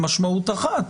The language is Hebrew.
המשמעות אחת,